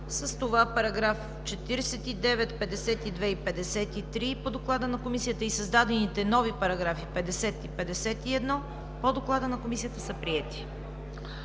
С това параграфи 49, 52 и 53 по доклада на Комисията и създадените нови параграфи 50 и 51 по доклада на Комисията са приети.